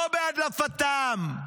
לא בהדלפתם.